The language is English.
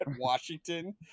Washington